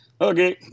okay